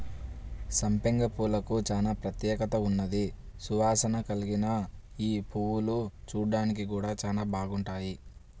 సంపెంగ పూలకు చానా ప్రత్యేకత ఉన్నది, సువాసన కల్గిన యీ పువ్వులు చూడ్డానికి గూడా చానా బాగుంటాయి